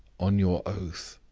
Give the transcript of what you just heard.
on your oath?